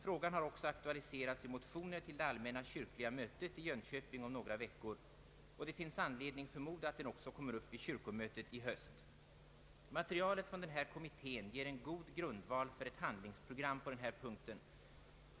Frågan har även aktualiserats i motioner till det allmänna kyrkliga mötet i Jönköping om några veckor. Det finns anledning förmoda att den också kommer upp vid kyrkomötet i höst. Materialet från den nämnda kommittén ger en god grundval för ett handlingsprogram på denna punkt.